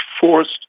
forced